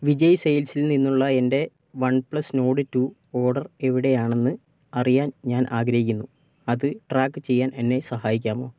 വിജയ് സെയിൽസിൽ നിന്നുള്ള എൻ്റെ one plus nord two order എവിടെയാണെന്ന് അറിയാൻ ഞാൻ ആഗ്രഹിക്കുന്നു അത് ട്രാക്ക് ചെയ്യാൻ എന്നെ സഹായിക്കാമോ